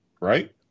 Right